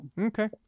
Okay